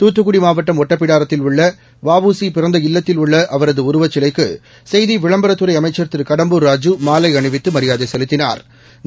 துத்துக்குடி மாவட்டம் ஒட்டப்பிடாரத்தில் உள்ள வ உ சி பிறந்த இல்லத்தில் உள்ள அவரது உருவச்சிலைக்கு செய்தி விளம்பரத்துறை அமைச்சா் திரு கடம்பூர் ராஜூ மாலை அணிவித்து மரியாதை செலுத்தினாா்